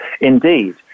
Indeed